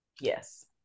yes